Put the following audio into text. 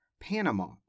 Panama